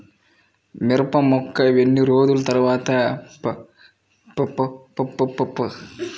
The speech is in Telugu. మిరప మొక్క ఎన్ని రోజుల తర్వాత పరిపక్వం చెందుతుంది?